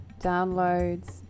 downloads